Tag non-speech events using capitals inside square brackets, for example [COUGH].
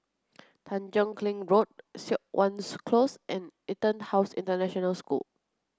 Tanjong Kling Road Siok [UNINTELLIGIBLE] Close and EtonHouse International School